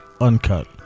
Uncut